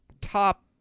top